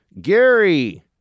Gary